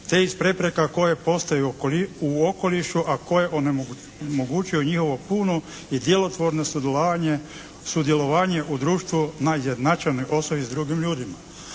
te iz prepreka koje postoje u okolišu a koje onemogućuju njihovo puno i djelotvorno sudjelovanje u društvu na izjednačenoj osnovi s drugim ljudima.